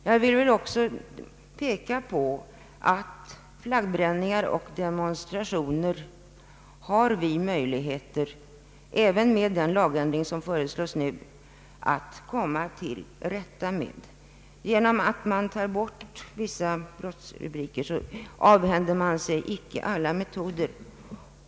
Jag vill också peka på att vi har möjligheter att komma till rätta med flaggbränningar och demonstrationer även med den lagändring som nu föreslås. Genom att man tar bort vissa brottsrubriker avhänder man sig icke alla möjligheter.